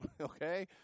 Okay